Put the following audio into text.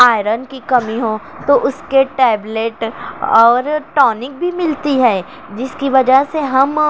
iron کی کمی ہو تو اس کے ٹیبلیٹ اور ٹانک بھی ملتی ہے جس کی وجہ سے ہم